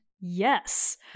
yes